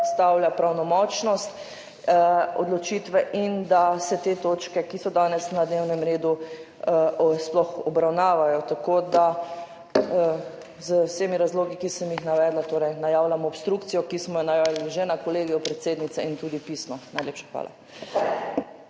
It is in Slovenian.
predstavlja pravnomočnosti odločitve in da se te točke, ki so danes na dnevnem redu, sploh obravnavajo. Na podlagi vseh razlogov, ki sem jih navedla, najavljamo obstrukcijo, ki smo jo najavili že na kolegiju predsednic in tudi pisno. Najlepša hvala.